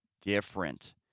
different